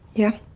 yeah,